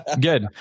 Good